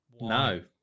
No